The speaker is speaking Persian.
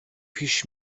پیش